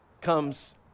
comes